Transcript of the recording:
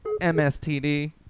MSTD